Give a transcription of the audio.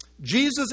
Jesus